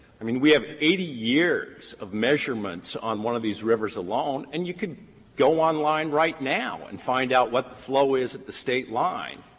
i mean, we have eighty years of measurements on one of these rivers alone, and you could go online right now and find out what the flow is at the state line